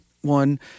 one